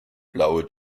blaue